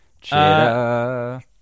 Cheddar